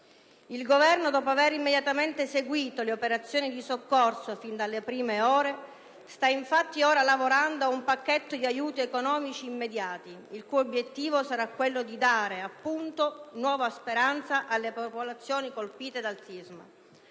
Il Governo infatti, dopo aver immediatamente seguito le operazioni di soccorso, fin dalle prime ore, sta ora lavorando ad un pacchetto di aiuti economici immediati, il cui obiettivo sarà di dare, appunto, nuova speranza alle popolazioni colpite dal